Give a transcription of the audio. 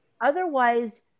Otherwise